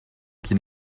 qui